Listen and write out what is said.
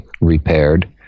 repaired